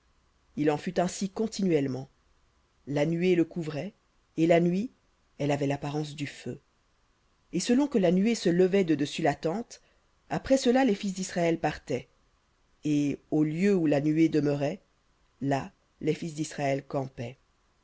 il en fut ainsi continuellement la nuée le couvrait et la nuit elle avait l'apparence du feu et selon que la nuée se levait de dessus la tente après cela les fils d'israël partaient et au lieu où la nuée demeurait là les fils d'israël campaient